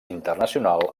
internacional